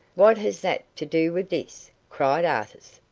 what has that to do with this? cried artis.